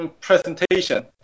presentation